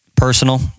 personal